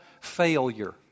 failure